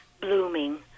blooming